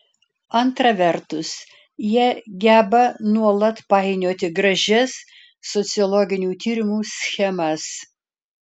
antra vertus jie geba nuolat painioti gražias sociologinių tyrimų schemas